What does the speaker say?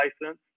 license